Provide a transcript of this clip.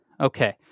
Okay